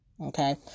Okay